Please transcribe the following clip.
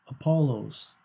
Apollo's